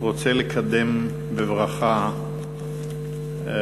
אני רוצה לקדם בברכה משלחת